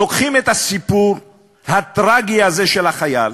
לוקחים את הסיפור הטרגי הזה, של החייל,